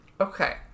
Okay